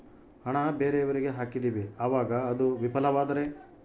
ಹಣ ಬೇರೆಯವರಿಗೆ ಹಾಕಿದಿವಿ ಅವಾಗ ಅದು ವಿಫಲವಾದರೆ?